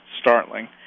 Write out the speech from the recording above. startling